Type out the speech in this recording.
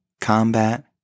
combat